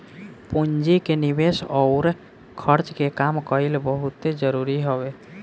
पूंजी के निवेस अउर खर्च के काम कईल बहुते जरुरी हवे